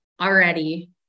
already